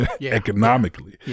economically